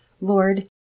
Lord